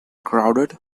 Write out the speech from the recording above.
crowded